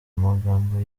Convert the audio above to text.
amagambo